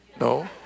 no